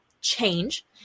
change